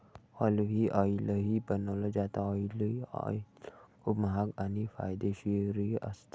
olive ऑईलही बनवलं जातं, ऑलिव्ह ऑईल खूप महाग आणि फायदेशीरही असतं